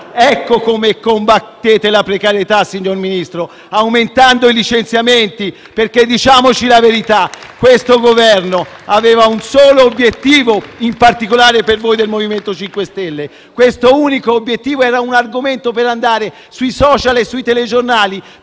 Ecco come combattete la precarietà, signor Ministro: aumentando i licenziamenti. *(Applausi dal Gruppo PD)*. Diciamoci la verità. Questo Governo aveva un solo obiettivo, in particolare per voi del MoVimento 5 Stelle: questo unico obiettivo era un argomento per andare sui *social* e sui telegiornali,